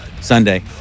Sunday